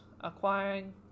acquiring